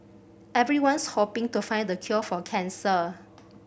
everyone's hoping to find the cure for cancer